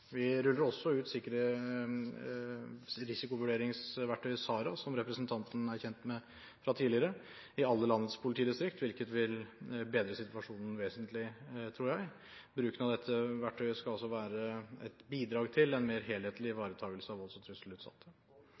Vi ruller også ut risikovurderingsverktøyet SARA, som representanten er kjent med fra tidligere, i alle landets politidistrikt, hvilket vil bedre situasjonen vesentlig, tror jeg. Bruken av dette verktøyet skal være et bidrag til en mer helhetlig ivaretakelse av volds- og trusselutsatte.